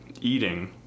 eating